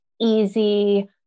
easy